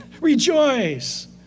Rejoice